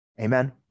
Amen